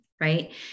right